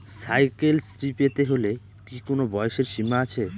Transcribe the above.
Cycle শ্রী পেতে হলে কি কোনো বয়সের সীমা আছে?